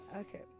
Okay